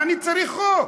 מה אני צריך חוק?